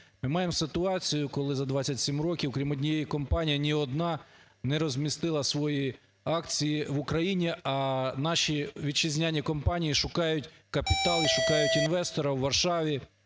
Ми маємо ситуацію, коли за 27 років крім однієї компанії ні одна не розмістила свої акції в Україні, а наші вітчизняні компанії шукають капітал, шукають інвестора в Варшаві,